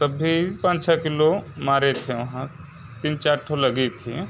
तब भी पाँच छः किलो मारे थे वहाँ तीन चार तो लगी थी